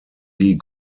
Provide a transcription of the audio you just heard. die